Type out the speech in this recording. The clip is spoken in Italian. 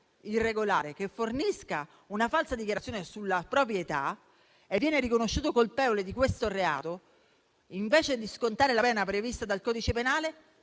irregolare, che fornisca una falsa dichiarazione sulla propria età e viene riconosciuto colpevole di questo reato, invece di scontare la pena prevista dal codice penale,